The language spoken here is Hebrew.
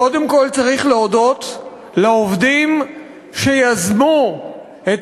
קודם כול צריך להודות לעובדים שיזמו את